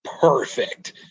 perfect